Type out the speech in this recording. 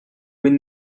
win